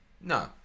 No